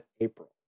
April